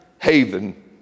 haven